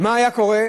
מה היה קורה?